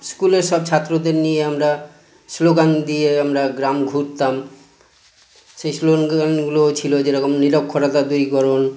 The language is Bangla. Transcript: স্কুলের সব ছাত্রদের নিয়ে আমরা স্লোগান দিয়ে আমরা গ্রাম ঘুরতাম সেই স্লোগান গানগুলো ছিল যেরকম নিরক্ষরতা দূরীকরণ